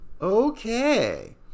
okay